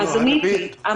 עניתי.